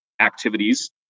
activities